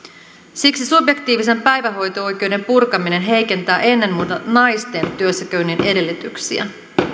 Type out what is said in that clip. siksi subjektiivisen päivähoito oikeuden purkaminen heikentää ennen muuta naisten työssäkäynnin edellytyksiä